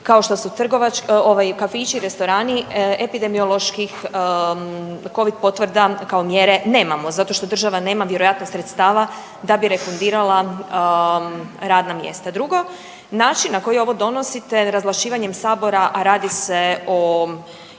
kao što su ovaj kafići, restorani epidemioloških Covid potvrda kao mjere nemamo zato što država nema vjerojatno sredstava da bi refundirala radna mjesta. Drugo, način na koji ovo donosite razvlašćivanjem sabora, a radi se o